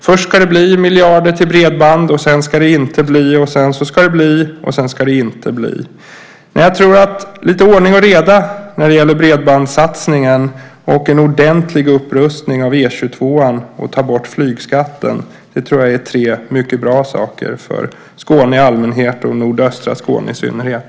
Först ska det bli miljarder till bredband, sedan ska det inte bli, därefter ska det bli och sedan ska det inte bli. Jag tror att lite ordning och reda när det gäller bredbandssatsningen, en ordentlig upprustning av E 22:an och att man tar bort flygskatten är tre mycket bra saker för Skåne i allmänhet och nordöstra Skåne i synnerhet.